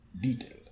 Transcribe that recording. detailed